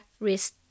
risk